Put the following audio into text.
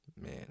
man